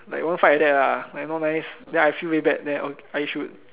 like want fight like that lah like not nice then I feel very bad then oh I should